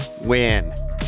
win